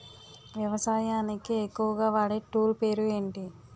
వ్యవసాయానికి ఎక్కువుగా వాడే టూల్ పేరు ఏంటి?